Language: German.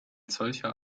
solcher